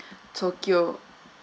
tokyo